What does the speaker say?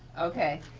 okay.